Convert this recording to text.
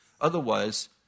Otherwise